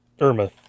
Irma